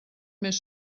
més